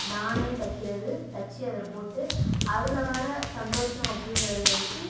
நானே தைக்கிறது தைச்சி அதை போட்டு அதில் வர சந்தோசம் அப்படிங்கிறது வந்துட்டு